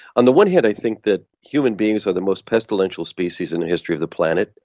on the one hand i think that human beings are the most pestilential species in the history of the planet,